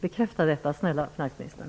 Bekräfta detta, snälla finansministern!